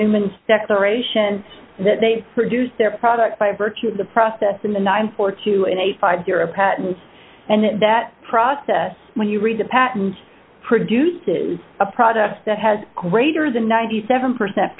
newman's declaration that they produced their product by virtue of the process in the nine for two and a fifty patents and that process when you read the patent produces a product that has greater than ninety seven percent